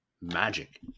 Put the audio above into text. magic